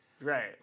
Right